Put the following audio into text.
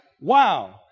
wow